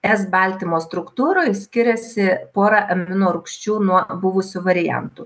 es baltymo struktūroj skiriasi pora amino rūgščių nuo buvusių variantų